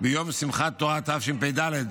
ביום שמחת תורה התשפ"ד,